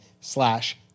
slash